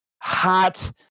Hot